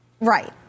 Right